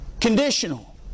conditional